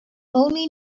only